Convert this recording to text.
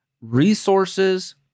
resources